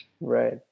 right